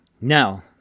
Now